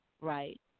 right